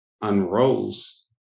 unrolls